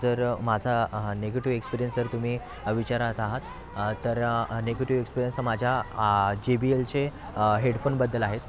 जर माझा negative experience जर तुम्ही विचारत आहात तर नेगेटिव एक्सपीरियन्स तर माझ्या जे बी एलचे हेडफोनबद्दल आहे